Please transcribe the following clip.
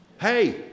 Hey